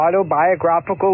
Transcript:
autobiographical